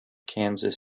kansas